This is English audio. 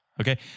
Okay